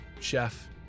chef